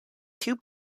two